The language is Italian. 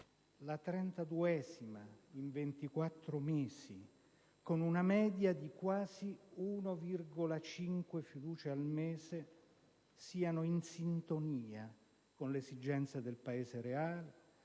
la trentaduesima in 24 mesi, con una media di quasi 1,5 al mese - siano in sintonia con le esigenze del Paese reale,